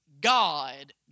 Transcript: God